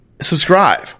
subscribe